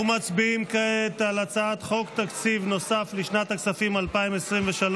אנחנו מצביעים כעת על הצעת חוק תקציב נוסף לשנת הכספים 2023,